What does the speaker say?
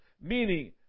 Meaning